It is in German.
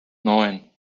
neun